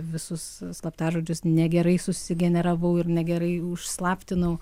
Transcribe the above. visus slaptažodžius negerai susigeneravau ir negerai užslaptinau